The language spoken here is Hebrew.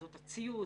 הציוד,